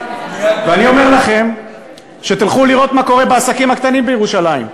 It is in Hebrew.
ואני אומר לכם שתלכו לראות מה קורה בעסקים הקטנים בירושלים.